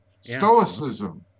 stoicism